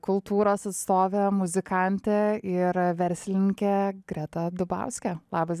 kultūros atstovė muzikantė ir verslininkė greta dubauskė labas